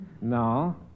No